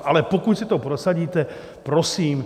Ale pokud si to prosadíte, prosím.